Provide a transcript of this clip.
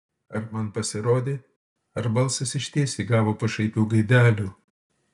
ar man pasirodė ar balsas išties įgavo pašaipių gaidelių